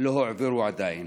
לא הועברו עדיין.